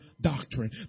doctrine